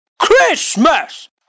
Christmas